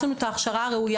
יש לנו את ההכשרה הראויה,